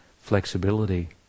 flexibility